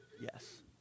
Yes